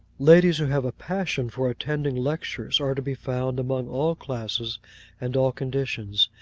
ladies who have a passion for attending lectures are to be found among all classes and all conditions.